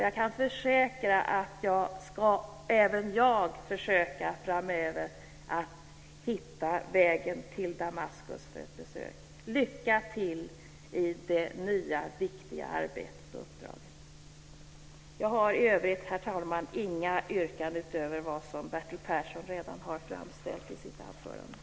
Jag kan försäkra att även jag framöver ska försöka att hitta vägen till Damaskus för ett besök. Lycka till i det nya viktiga arbetet och uppdraget! Jag har i övrigt, herr talman, inga yrkanden utöver de som Bertil Persson redan har framställt i sitt anförande.